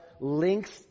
links